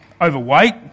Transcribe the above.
overweight